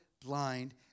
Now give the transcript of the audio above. blind